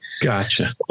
Gotcha